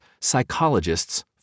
psychologists